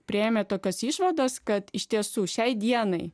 priėmė tokias išvadas kad iš tiesų šiai dienai